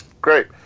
Great